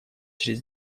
через